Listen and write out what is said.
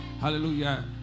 hallelujah